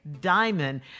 diamond